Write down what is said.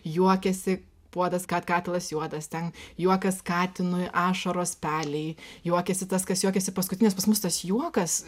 juokiasi puodas kad katilas juodas ten juokas katinui ašaros pelei juokiasi tas kas juokiasi paskutinis pas mus tas juokas